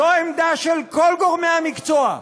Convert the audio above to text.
זו העמדה של כל גורמי המקצוע,